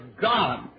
God